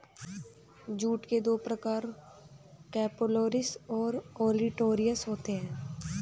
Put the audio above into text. jute के दो प्रकार केपसुलरिस और ओलिटोरियस होते हैं